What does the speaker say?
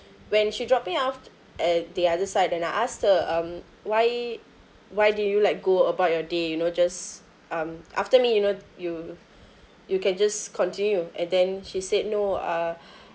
when she dropped me off at the other side then I asked her um why why do you like go about your day you know just um after me you know you you can just continue and then she said no uh